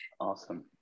Awesome